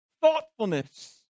thoughtfulness